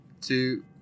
two